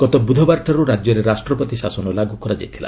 ଗତ ବୁଧବାରଠାରୁ ରାଜ୍ୟରେ ରାଷ୍ଟ୍ରପତି ଶାସନ ଲାଗୁ କରାଯାଇଥିଲା